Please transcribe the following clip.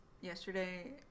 yesterday